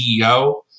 CEO